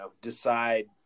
decide